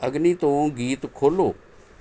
ਅਗਨੀ ਤੋਂ ਗੀਤ ਖੋਲ੍ਹੋ